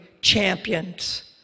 champions